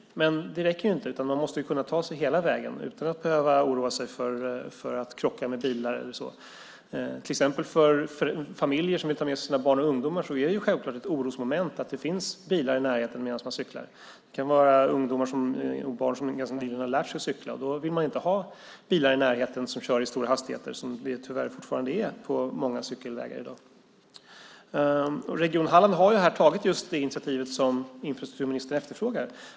Men det räcker inte. Man måste kunna ta sig hela vägen utan att behöva oroa sig för att krocka med bilar och så vidare. Till exempel för familjer som vill ta med sig sina barn och ungdomar är det självklart ett orosmoment att det finns bilar i närheten när man cyklar. Det kan ju vara så att barnen ganska nyligen har lärt sig att cykla. Då vill man inte i närheten ha bilar som körs med höga hastigheter. Så är det tyvärr fortfarande på många cykelvägar. Region Halland har tagit det initiativ som infrastrukturministern efterfrågar.